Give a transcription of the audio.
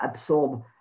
absorb